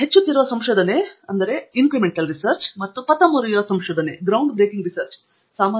ಫಣಿಕುಮಾರ್ ಸಂಶೋಧನೆಗಾಗಿ ಬಳಸುವ ಕೆಲವು ಪೂರ್ವಪ್ರತ್ಯಯಗಳ ಬಗ್ಗೆ ಇನ್ನೊಂದು ಅಂಶವಿದೆ ಹೆಚ್ಚುತ್ತಿರುವ ಸಂಶೋಧನೆ ಮತ್ತು ಪಥ ಮುರಿಯುವ ಸಂಶೋಧನೆ